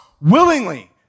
willingly